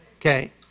Okay